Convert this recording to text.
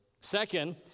Second